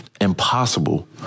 impossible